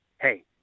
hey